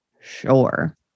sure